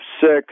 six